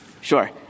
Sure